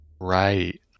Right